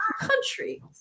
country